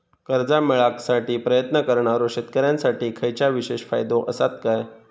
कर्जा मेळाकसाठी प्रयत्न करणारो शेतकऱ्यांसाठी खयच्या विशेष फायदो असात काय?